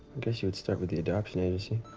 would start with the adoption agency,